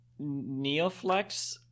Neoflex